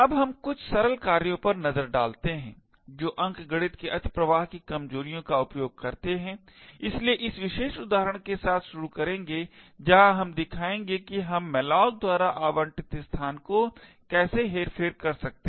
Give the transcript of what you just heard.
अब हम कुछ सरल कार्यों पर नजर डालते हैं जो अंकगणित के अतिप्रवाह की कमजोरियों का उपयोग करते हैं इसलिए इस विशेष उदाहरण के साथ शुरू करेंगे जहां हम दिखाएंगे कि हम malloc द्वारा आवंटित स्थान को कैसे हेरफेर कर सकते हैं